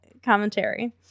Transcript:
Commentary